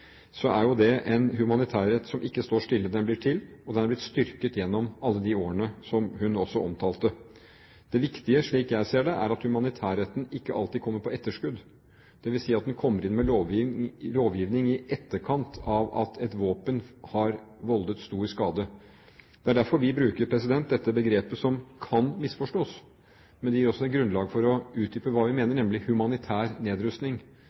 er jo det en humanitærrett som ikke står stille. Den blir til, og den har blitt styrket gjennom alle år, som hun også omtalte. Det viktige, slik jeg ser det, er at humanitærretten ikke alltid kommer på etterskudd, dvs. at den kommer inn med lovgivning i etterkant av at et våpen har voldt stor skade. Det er derfor vi bruker begrepet, som kan misforstås, men gir oss grunnlag for å utdype hva vi mener, nemlig «humanitær nedrustning».